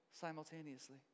simultaneously